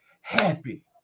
happy